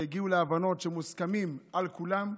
והגיעו להבנות שמוסכמות על כולם.